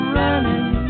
running